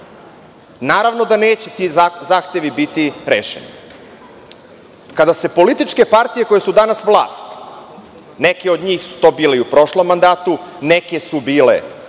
naravno da neće ti zahtevi biti rešeni. Kada se političke partije koje su danas vlast, neke od njih su to bile i u prošlom mandatu, neke su bile